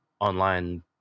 online